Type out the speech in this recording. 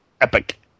Epic